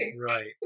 Right